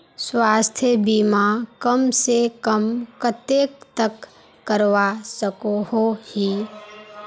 स्वास्थ्य बीमा कम से कम कतेक तक करवा सकोहो ही?